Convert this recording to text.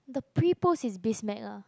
the pre post is Biz Mag ah